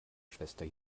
schwester